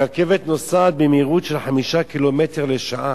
הרכבת נוסעת במהירות של 5 קילומטרים לשעה.